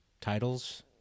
titles